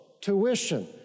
tuition